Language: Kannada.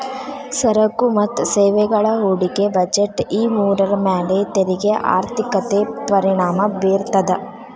ಸರಕು ಮತ್ತ ಸೇವೆಗಳ ಹೂಡಿಕೆ ಬಜೆಟ್ ಈ ಮೂರರ ಮ್ಯಾಲೆ ತೆರಿಗೆ ಆರ್ಥಿಕತೆ ಪರಿಣಾಮ ಬೇರ್ತದ